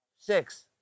Six